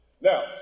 now